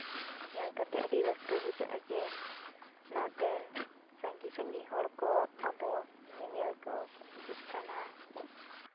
ᱧᱮᱞ ᱠᱟᱛᱮᱜ ᱟᱹᱰᱤ ᱨᱟᱹᱥᱠᱟᱹ ᱵᱩᱡᱷᱟᱹᱜᱼᱟ ᱡᱮ ᱱᱚᱛᱮᱱ ᱥᱟᱺᱜᱤᱧ ᱥᱟᱺᱜᱤᱧ ᱦᱚᱲ ᱠᱚ ᱟᱵᱚ ᱧᱮᱧᱮᱞ ᱠᱚ ᱦᱤᱡᱩᱜ ᱠᱟᱱᱟ